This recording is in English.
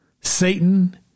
Satan